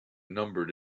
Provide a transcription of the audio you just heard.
numbered